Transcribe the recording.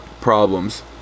problems